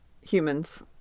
humans